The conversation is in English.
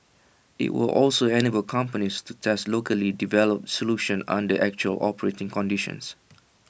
IT will also enable companies to test locally developed solutions under actual operating conditions